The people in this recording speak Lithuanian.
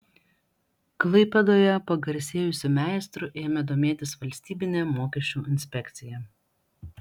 klaipėdoje pagarsėjusiu meistru ėmė domėtis valstybinė mokesčių inspekcija